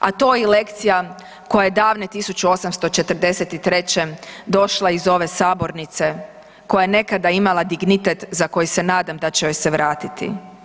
A to je lekcija koja je davne 1843. došla iz ove sabornice koja je nekada imala dignitet za koji se nadam da će joj se vratiti.